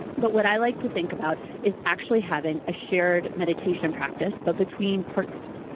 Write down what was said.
but what i like to think about is actually having a shared mediation practice but between partners.